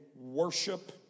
worship